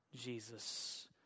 Jesus